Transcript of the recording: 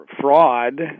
fraud